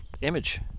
image